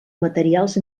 materials